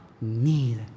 need